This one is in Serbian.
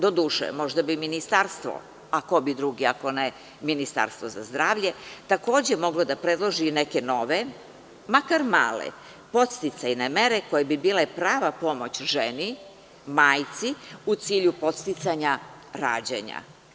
Do duše, možda bi Ministarstvo, a ko bi drugi ako ne Ministarstvo za zdravlje, takođe moglo da predloži neke nove, makar male, podsticajne mere koje bi bile prava pomoć ženi, majci u cilju podsticanja rađanja.